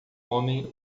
homem